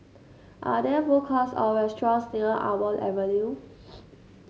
are there food courts or restaurants near Almond Avenue